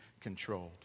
controlled